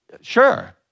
sure